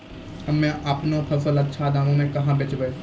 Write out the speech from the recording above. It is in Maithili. हम्मे आपनौ फसल अच्छा दामों मे कहाँ बेचबै?